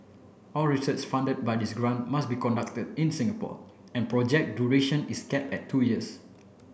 all research funded by this grant must be conducted in Singapore and project duration is cap at two years